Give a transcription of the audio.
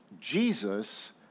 Jesus